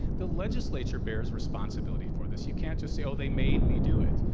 the legislature bears responsibility for this. you can't just say they made me do it.